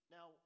Now